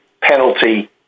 penalty